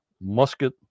musket